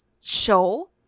show